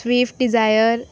swift Dzire